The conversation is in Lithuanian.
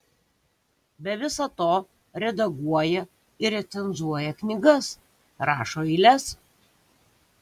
be viso to redaguoja ir recenzuoja knygas rašo eiles